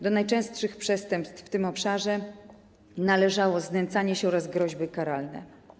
Do najczęstszych przestępstw w tym obszarze należało znęcanie się oraz groźby karalne.